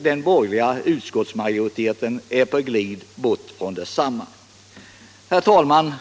den borgerliga utskottsmajoriteten är på glid bort från detsamma. Herr talman!